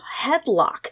headlock